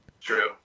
True